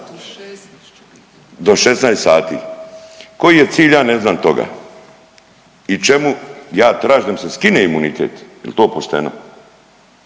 …do 16 sati. Koji je cilj ja ne znam toga i čemu, ja tražim da mi se skine imunitet, jel to pošteno?